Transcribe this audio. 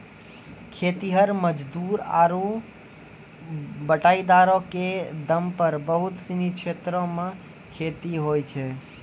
खेतिहर मजदूर आरु बटाईदारो क दम पर बहुत सिनी क्षेत्रो मे खेती होय छै